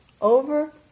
over